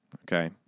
okay